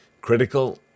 Critical